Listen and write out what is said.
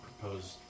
proposed